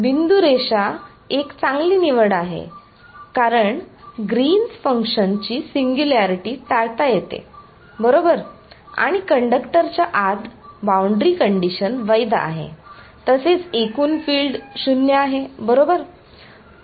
बिंदू रेखा एक चांगली निवड आहे कारण ग्रीन फंक्शन्सची सिंग्युलॅरिटी टाळता येते बरोबर आणि कंडक्टरच्या आत बाउंड्री कंडिशन वैध आहे तसेच एकूण फील्ड 0 आहे बरोबर